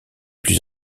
plus